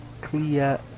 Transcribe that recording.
clear